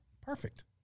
Perfect